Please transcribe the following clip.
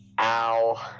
Ow